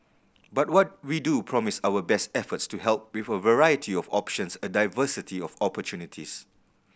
but what we do promise our best efforts to help with a variety of options a diversity of opportunities